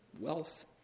wealth